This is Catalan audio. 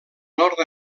nord